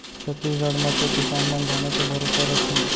छत्तीसगढ़ म तो किसान मन धाने के भरोसा रथें